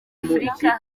afurika